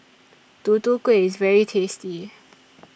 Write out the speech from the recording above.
Tutu Kueh IS very tasty